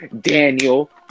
Daniel